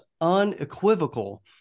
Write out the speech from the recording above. unequivocal